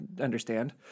understand